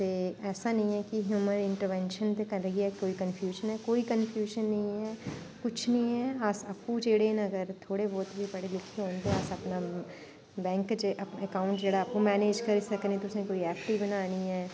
ते ऐसा नेईं ऐ कि ह्यूमन इंटरवैंशन दे करियै कोई कन्फ्यूजन ऐ कोई कन्फ्यूजन नेईं ऐ कुछ निं ऐ अस आपूं जेह्ड़े न अगर थोह्ड़े बोह्त बी पढ़े लिखे होन ते अस अपना बैंक च एकाउंट जेह्ड़ा आपूं मैनेज करी सकने तुसें दी ऐफ्फ डी बनानी ऐ